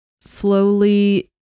slowly